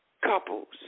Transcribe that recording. couples